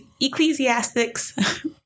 Ecclesiastics